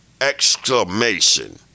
Exclamation